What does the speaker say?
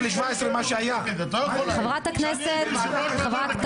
אשמח לשמוע את הייעוץ המשפטי ואת ארבל.